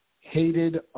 Hated